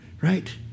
Right